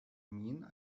mean